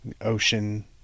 ocean